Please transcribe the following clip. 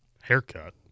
haircut